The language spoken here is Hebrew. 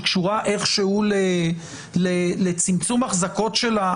שקשורה איכשהו לצמצום החזקות שלה,